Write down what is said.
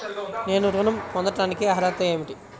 నేను ఋణం పొందటానికి అర్హత ఏమిటి?